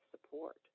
support